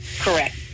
Correct